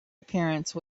appearance